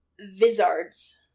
vizards